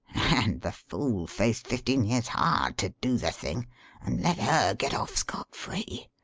and the fool faced fifteen years hard to do the thing and let her get off scot free!